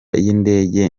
y’indege